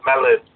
melon